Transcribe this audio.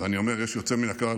ואני אומר, יש יוצא מן הכלל